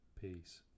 peace